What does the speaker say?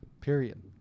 Period